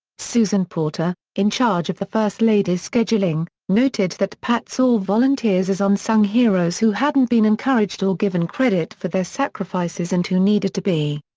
susan porter, in charge of the first lady's scheduling, noted that pat saw volunteers as unsung heroes who hadn't been encouraged or given credit for their sacrifices and who needed to be.